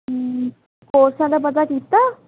ਹਮ ਕੋਰਸਾਂ ਦਾ ਪਤਾ ਕੀਤਾ